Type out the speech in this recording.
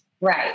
Right